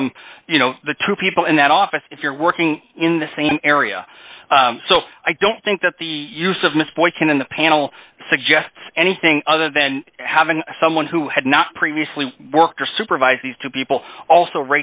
from you know the two people in that office if you're working in the same area so i don't think that the use of miss boykin in the panel suggests anything other than having someone who had not previously worked or supervise these two people also